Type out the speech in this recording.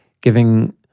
giving